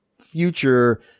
future